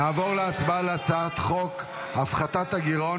נעבור להצבעה על הצעת חוק הפחתת הגירעון